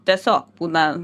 tiesiog būna